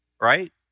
right